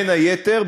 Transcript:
בין היתר,